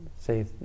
say